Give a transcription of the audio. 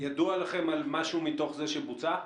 ידוע לכם אם משהו מתוך זה בוצע?